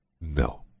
no